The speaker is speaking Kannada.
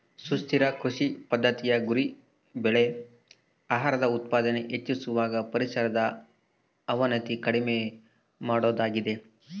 ಸುಸ್ಥಿರ ಕೃಷಿ ಪದ್ದತಿಯ ಗುರಿ ಬೆಳೆ ಆಹಾರದ ಉತ್ಪಾದನೆ ಹೆಚ್ಚಿಸುವಾಗ ಪರಿಸರದ ಅವನತಿ ಕಡಿಮೆ ಮಾಡೋದಾಗಿದೆ